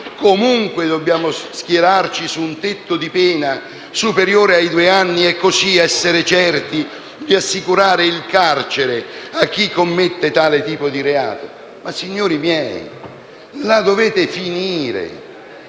comunque dobbiamo schierarci su un tetto di pena superiore ai due anni e così essere certi di assicurare il carcere a chi commette tale tipo di reato? Ma, signori miei, la dovete finire